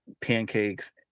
pancakes